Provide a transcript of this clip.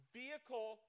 vehicle